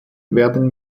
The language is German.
werden